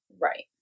right